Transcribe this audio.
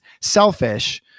selfish